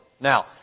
Now